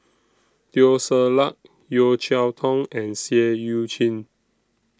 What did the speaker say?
Teo Ser Luck Yeo Cheow Tong and Seah EU Chin